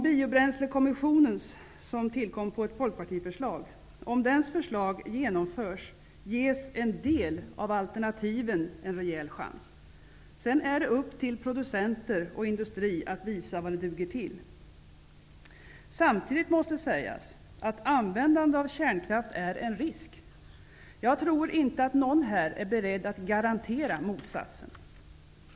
Biobränslekommissionen kom till efter ett förslag från Folkpartiet. Om Biobränslekommissionens förslag genomförs ges en del av alternativen en rejäl chans. Sedan är det upp till producenter och industri att visa vad de duger till. Samtidigt måste sägas att användande av kärnkraft är en risk. Jag tror inte att någon här är beredd att garantera motsatsen.